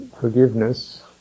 forgiveness